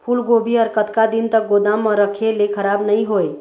फूलगोभी हर कतका दिन तक गोदाम म रखे ले खराब नई होय?